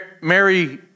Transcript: Mary